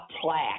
plaque